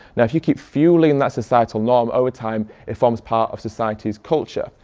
now if you keep fueling that societal norm, over time it forms part of society's culture.